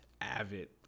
avid